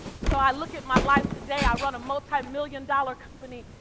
so i look at my life today, i run a multi-million dollar company.